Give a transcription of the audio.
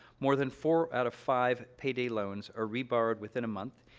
more than four out of five payday loans are reborrowed within a month,